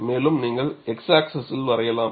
மேலும் நீங்கள் x axis வரையலாம்